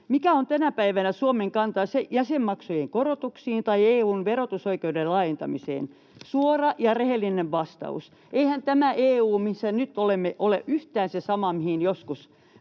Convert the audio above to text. mikä on tänä päivänä Suomen kanta jäsenmaksujen korotuksiin tai EU:n verotusoikeuden laajentamiseen? Suora ja rehellinen vastaus. Eihän tämä EU, missä nyt olemme, ole yhtään se sama, mihin joskus